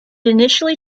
initially